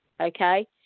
okay